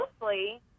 mostly